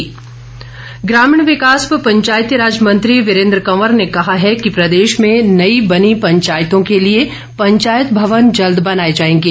वीरेन्द्र कंवर ग्रामीण विकास व पंचायती राज मंत्री वीरेन्द्र कंवर ने कहा है कि प्रदेश में नई बनी पंचायतों के लिए पंचायत भवन जल्द बनाए जाएंगे